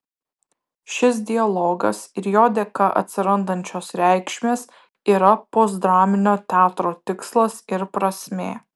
šis dialogas ir jo dėka atsirandančios reikšmės yra postdraminio teatro tikslas ir prasmė